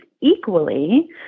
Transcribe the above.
equally